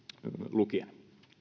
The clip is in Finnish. lukien